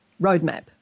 roadmap